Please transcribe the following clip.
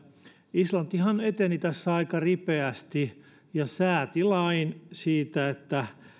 islantihan eteni tässä aika ripeästi ja sääti lain siitä että